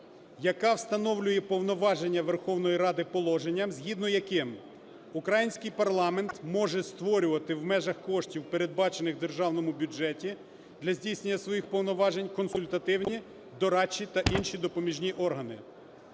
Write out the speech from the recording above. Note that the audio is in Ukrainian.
яка встановлює повноваження Верховної Ради положенням, згідно яким український парламент може створювати в межах коштів, передбачених в державному бюджеті, для здійснення своїх повноважень, консультативні, дорадчі та інші допоміжні органи.